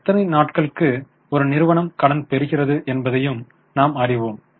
எத்தனை நாட்களுக்கு ஒரு நிறுவனம் கடன் பெறுகிறது என்பதையும் நாம் அறிவோம்